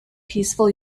peaceful